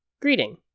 greeting